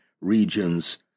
regions